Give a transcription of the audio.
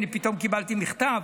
פתאום קיבלתי מכתב,